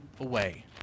away